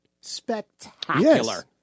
spectacular